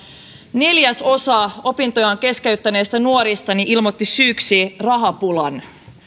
neljäsosa opintojaan keskeyttäneistä nuorista ilmoitti syyksi rahapulan